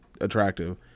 attractive